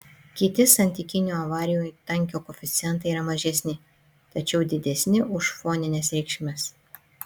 kiti santykinio avarijų tankio koeficientai yra mažesni tačiau didesni už fonines reikšmes